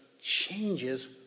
changes